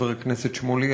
חבר הכנסת שמולי,